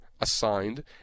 assigned